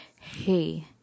Hey